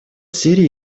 сирии